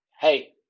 hey